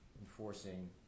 enforcing